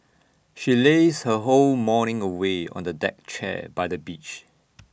she lazed her whole morning away on the deck chair by the beach